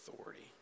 authority